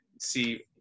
see